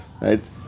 right